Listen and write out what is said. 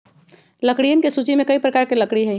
लकड़ियन के सूची में कई प्रकार के लकड़ी हई